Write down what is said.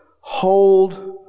hold